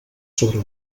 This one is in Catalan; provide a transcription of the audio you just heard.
sobre